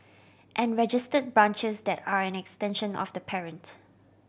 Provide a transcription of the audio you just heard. and registered branches that are an extension of the parent